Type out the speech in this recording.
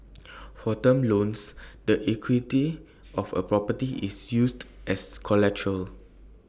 for term loans the equity of A property is used as collateral